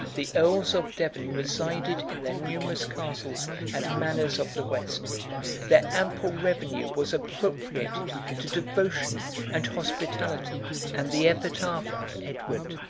the earls of devon resided in their numerous castles and manors of the west their ample revenue was appropriated to devotion and hospitality and the epitaph of edward,